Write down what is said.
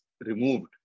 removed